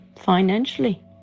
financially